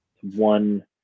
one